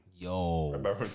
Yo